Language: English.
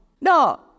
No